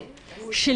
אורית,